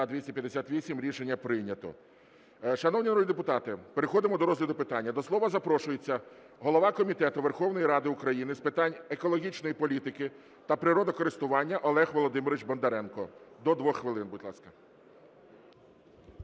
За-258 Рішення прийнято. Шановні народні депутати, переходимо до розгляду питання. До слова запрошується голова Комітету Верховної Ради України з питань екологічної політики та природокористування Олег Володимирович Бондаренко. До двох хвилин, будь ласка.